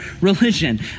religion